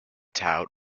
tout